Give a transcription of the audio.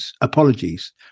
apologies